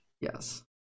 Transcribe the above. Yes